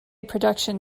production